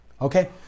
Okay